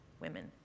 women